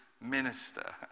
minister